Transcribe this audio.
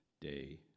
day